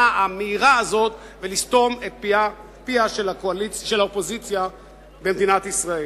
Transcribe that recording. המהירה הזאת ולסתום את פיה של האופוזיציה במדינת ישראל.